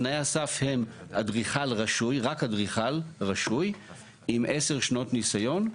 תנאי הסף הם אדריכל רשום עם 10 שנות ניסיון,